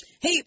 Hey